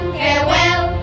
farewell